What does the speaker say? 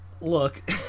Look